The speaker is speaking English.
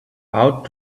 out